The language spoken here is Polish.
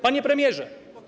Panie Premierze!